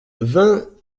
vingt